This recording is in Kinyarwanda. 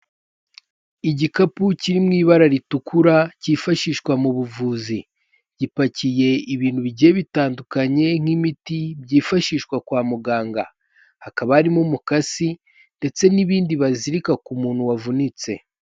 Igikapu kiri mu ibara ritukura cyifashishwa mu buvuzi, gipakiye ibintu bigiye bitandukanye nk'imiti byifashishwa kwa muganga, hakaba harimo umukasi ndetse n'ibindi bazirika ku muntu wavunitse.